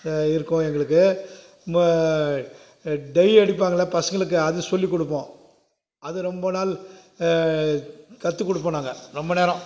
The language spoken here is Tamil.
இருக்கும் எங்களுக்கு டை அடிப்பாங்கல்லை பசங்களுக்கு அதுவும் சொல்லிக் கொடுப்போம் அது ரொம்ப நாள் கற்று கொடுப்போம் நாங்கள் ரொம்ப நேரம்